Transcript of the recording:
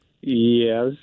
Yes